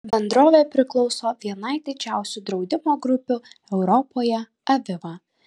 bendrovė priklauso vienai didžiausių draudimo grupių europoje aviva